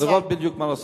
נראה בדיוק מה לעשות.